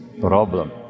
problem